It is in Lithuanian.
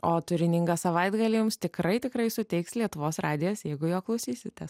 o turiningą savaitgalį jums tikrai tikrai suteiks lietuvos radijas jeigu jo klausysitės